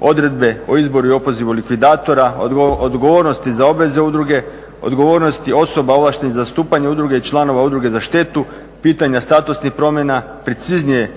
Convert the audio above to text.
odredbe o izboru i opozivu likvidatora, odgovornosti za obaveze udruge, odgovornosti osoba za zastupanje udruge i članova udruge za štetu, pitanja statusnih promjena, preciznije